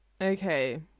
Okay